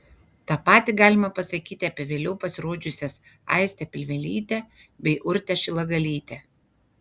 tą patį galima pasakyti apie vėliau pasirodžiusias aistę pilvelytę bei urtę šilagalytę